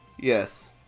Yes